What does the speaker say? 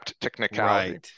technicality